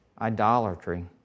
idolatry